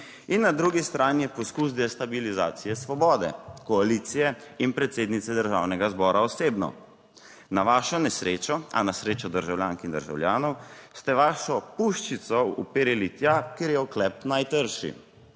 In na drugi strani poskus destabilizacije Svobode, koalicije in predsednice Državnega zbora osebno. Na vašo nesrečo, a na srečo državljank in državljanov, ste vašo puščico uperili tja, kjer je oklep najtrši.